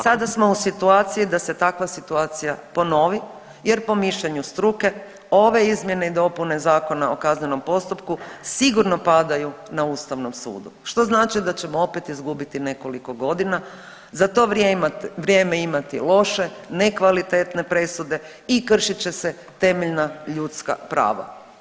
Sada smo u situaciji da se takva situacija ponovi jer po mišljenju struke ove izmjene i dopune Zakona o kaznenom postupku sigurno padaju na Ustavnom sudu što znači da ćemo opet izgubiti nekoliko godina, za to vrijeme imati loše, nekvalitetne presude i kršit će se temeljna ljudska prava.